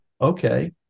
okay